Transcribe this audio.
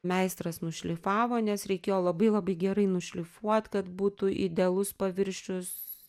meistras nušlifavo nes reikėjo labai labai gerai nušlifuot kad būtų idealus paviršius